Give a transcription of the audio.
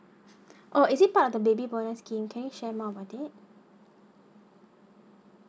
oh is it part of the baby bonus scheme can share more about it